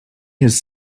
his